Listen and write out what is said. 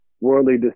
worldly